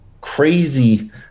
crazy